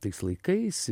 tais laikais